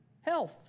health